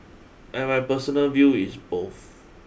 and my personal view is both